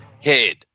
head